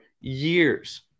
years